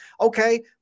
okay